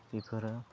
बेफोरो